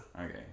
okay